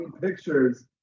pictures